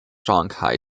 songhai